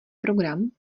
program